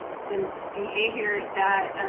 some behaviors that,